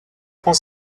prend